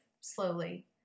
slowly